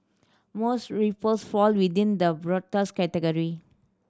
most rapes fall within the broadest category